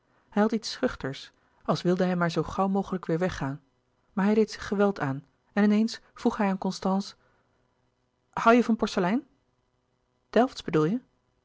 iets schuchters al wilde hij maar zoo gauw mogelijk weêr weggaan maar hij deed zich geweld aan en in eens vroeg hij aan constance hoû je van porcelein delftsch bedoel je